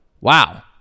Wow